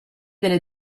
delle